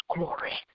Glory